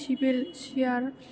table chair